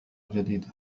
الجديدة